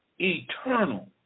eternal